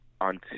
on